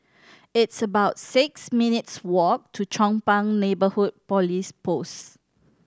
it's about six minutes' walk to Chong Pang Neighbourhood Police Post